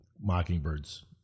mockingbirds